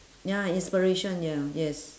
ya inspiration ya yes